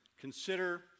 Consider